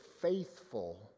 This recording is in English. faithful